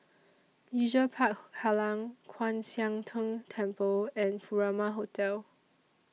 Leisure Park Kallang Kwan Siang Tng Temple and Furama Hotel